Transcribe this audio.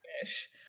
fish